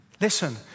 Listen